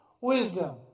wisdom